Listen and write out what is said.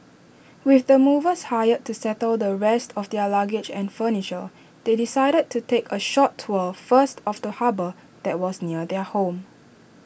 with the movers hired to settle the rest of their luggage and furniture they decided to take A short tour first of the harbour that was near their home